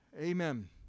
Amen